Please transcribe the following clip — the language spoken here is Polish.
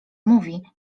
mówi